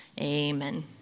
amen